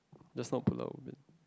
that's not Pulau-Ubin